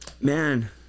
man